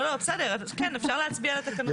אפשר להצביע על נוסח התקנות כפי שהוקראו.